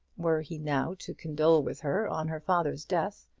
were he now to condole with her on her father's death,